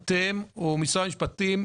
אתם או משרד המשפטים,